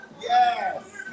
Yes